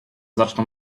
zaczną